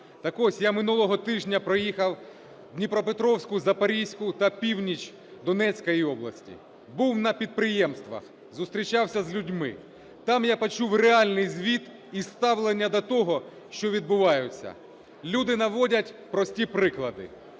Так ось, я минулого тижня проїхав Дніпропетровську, Запорізьку та північ Донецької області, був на підприємствах, зустрічався з людьми. Там я почув реальний звіт і ставлення до того, що відбувається. Люди наводять прості приклади: